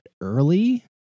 early